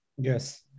Yes